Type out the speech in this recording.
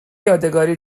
یادگاری